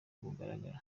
bugaragara